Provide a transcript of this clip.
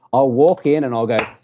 i'll walk in and i'll go,